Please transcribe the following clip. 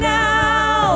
now